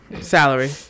salary